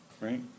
right